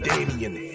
Damian